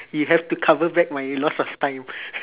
you have to cover back my loss of time